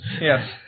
yes